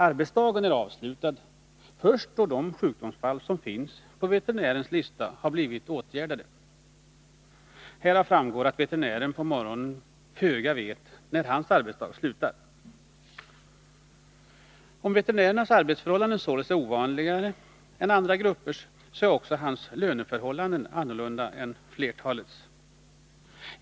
Arbetsdagen är avslutad först då de sjukdomsfall som finns på veterinärens lista har blivit åtgärdade. Härav framgår att veterinären på morgonen vet föga om när hans arbetsdag slutar. Om veterinärens arbetsförhållanden således är ovanliga i jämförelse med andra gruppers, så är också hans löneförhållanden annorlunda än flertalets.